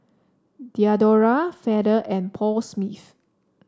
Diadora Feather and Paul Smith